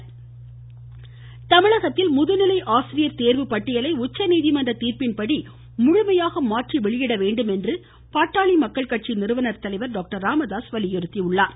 ம்ம்ம்ம்ம் ராமதாஸ் தமிழகத்தில் முதுநிலை ஆசிரியர் தேர்வு பட்டியலை உச்சநீதிமன்ற தீர்ப்பின்படி முழுமையாக மாற்றி வெளியிட வேண்டும் என்று பாட்டாளி மக்கள் கட்சி நிறுவனர் தலைவர் டாக்டர் ராமதாஸ் கேட்டுக்கொண்டுள்ளார்